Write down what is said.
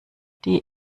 die